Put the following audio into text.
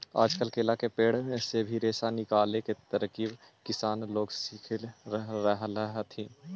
आजकल केला के पेड़ से भी रेशा निकाले के तरकीब किसान लोग सीख रहल हथिन